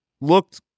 looked